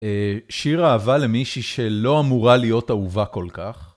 שיר אהבה למישהי שלא אמורה להיות אהובה כל כך.